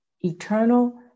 eternal